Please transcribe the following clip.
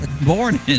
morning